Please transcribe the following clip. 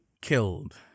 killed